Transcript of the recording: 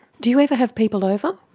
do you ever have people over?